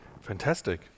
Fantastic